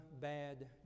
bad